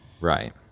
Right